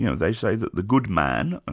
you know they say that the good man,